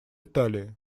италии